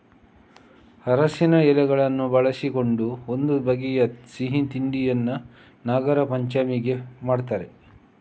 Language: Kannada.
ಅರಸಿನ ಎಲೆಗಳನ್ನು ಬಳಸಿಕೊಂಡು ಒಂದು ಬಗೆಯ ಸಿಹಿ ತಿಂಡಿಯನ್ನ ನಾಗರಪಂಚಮಿಗೆ ಮಾಡ್ತಾರೆ